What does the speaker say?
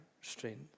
strength